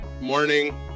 morning